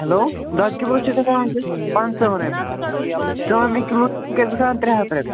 hello دۄدٕ کِلوٗ چھِ گژھان وٕنۍکٮ۪س پنژٕہن رۄپیَن ژامنہِ کِلوٗ گژھان وٕنۍکٮ۪س گژھان ترٛےٚ ہتھ